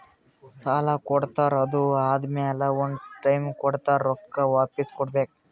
ಸಾಲಾ ಕೊಡ್ತಾರ್ ಅದು ಆದಮ್ಯಾಲ ಒಂದ್ ಟೈಮ್ ಕೊಡ್ತಾರ್ ರೊಕ್ಕಾ ವಾಪಿಸ್ ಕೊಡ್ಬೇಕ್